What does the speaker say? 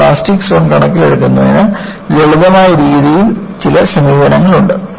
ഈ plastic zone കണക്കിലെടുക്കുന്നതിന് ലളിതമായ രീതിയിൽ ചില സമീപനങ്ങളുണ്ട്